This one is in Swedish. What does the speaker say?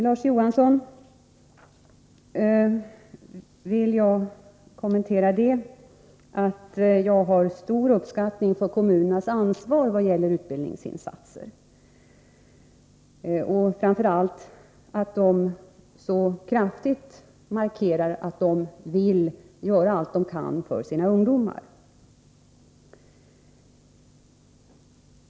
Jag uppskattar verkligen kommunernas ansvar, Larz Johansson, i vad gäller utbildningsinsatserna. Framför allt markerar kommunerna så starkt att de vill göra allt de kan för sina ungdomar.